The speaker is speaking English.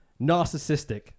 Narcissistic